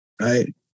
right